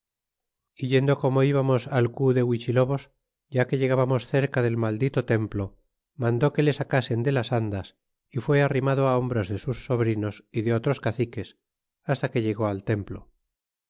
yendo como íbamos al cu de huichilobos ya que llegábamos cerca del maldito templo mandó que le sacasen de las andas y fué arrimado hombros de sus sobrinos y de otros caciques hasta que llegó al templo